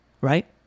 right